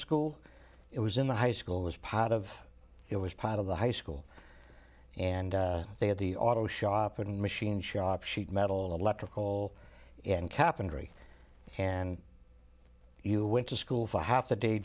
school it was in the high school was part of it was part of the high school and they had the auto shop and machine shop sheet metal electrical and cap and very and you went to school for half the day